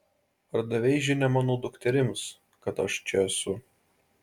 ar davei žinią mano dukterims kad aš čia esu